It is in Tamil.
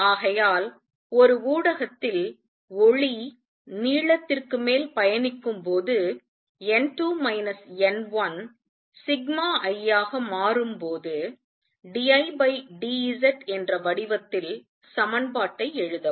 ஆகையால் ஒரு ஊடகத்தில் ஒளி நீளத்திற்கு மேல் பயணிக்கும்போது அது n2 n1σI ஆக மாறும்போது d I d Z என்ற வடிவத்தில் சமன்பாட்டை எழுதவும்